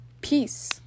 Peace